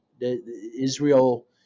Israel